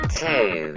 two